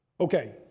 Okay